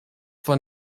von